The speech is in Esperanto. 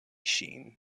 ŝin